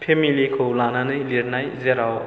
फेमिलिखौ लानानै लिरनाय जेराव